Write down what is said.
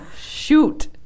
shoot